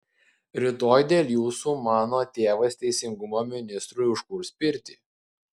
rytoj dėl jūsų mano tėvas teisingumo ministrui užkurs pirtį